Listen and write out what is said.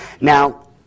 Now